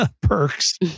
perks